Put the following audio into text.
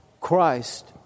Christ